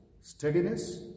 steadiness